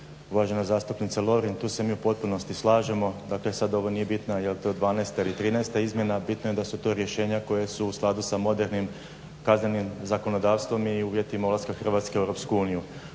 Uvažena zastupnice Lovrin tu se mi u potpunosti slažemo, dakle sad ovo nije bitno jel to dvanaesta ili trinaesta izmjena bitno je da su to rješenja koja su u skladu sa modernim kaznenim zakonodavstvom i uvjetima ulaska Hrvatske u EU.